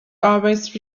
always